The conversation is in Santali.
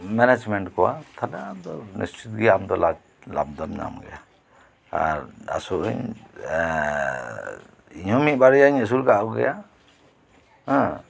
ᱢᱮᱱᱮᱡ ᱢᱮᱱᱴ ᱠᱚᱣᱟ ᱛᱟᱦᱚᱞᱮ ᱟᱫᱚ ᱱᱤᱥᱪᱤᱛ ᱜᱮ ᱟᱢ ᱫᱚ ᱞᱟᱵᱷ ᱞᱟᱵᱷ ᱫᱚᱢ ᱧᱟᱢ ᱜᱮᱭᱟ ᱟᱨ ᱟᱥᱚᱜ ᱟᱹᱧ ᱤᱧ ᱦᱚᱸ ᱢᱤᱫ ᱵᱟᱨᱭᱟᱹᱧ ᱟᱥᱩᱞ ᱟᱠᱟᱫ ᱠᱚᱜᱮᱭᱟ ᱦᱩᱸ